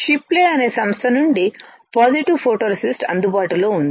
షిప్లీ అనే సంస్థ నుండి పాజిటివ్ ఫోటోరేసిస్ట్ అందుబాటులో ఉంది